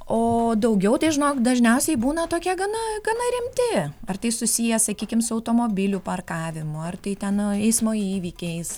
o daugiau tai žinok dažniausiai būna tokie gana gana rimti ar tai susiję sakykim su automobilių parkavimu ar tai ten eismo įvykiais